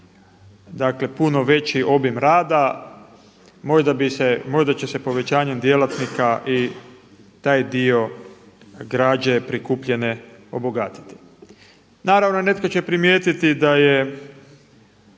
puno veći obim rada. Možda će se povećanjem djelatnika i taj dio građe prikupljene obogatiti. Naravno netko će primijetiti da je